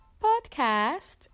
Podcast